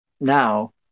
now